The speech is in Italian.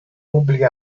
pubbliche